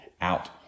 out